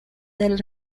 del